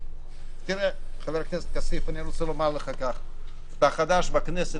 תראה, חבר הכנסת כסיף, אתה חדש בכנסת.